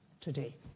today